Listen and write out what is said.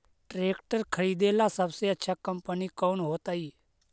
Tractor खरीदेला सबसे अच्छा कंपनी कौन होतई?